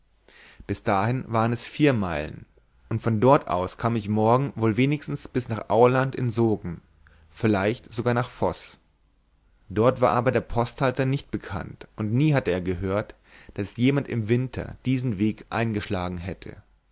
bis dahin waren es vier meilen und von dort aus kam ich morgen wohl wenigstens bis nach aurland in sogn vielleicht sogar nach voß dort war aber der posthalter nicht bekannt und nie hatte er gehört daß jemand im winter diesen weg eingeschlagen hätte